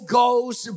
goes